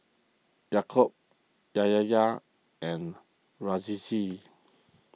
Yaakob and Rizqi